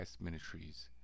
Ministries